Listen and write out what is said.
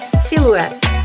Silhouette